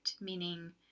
meaning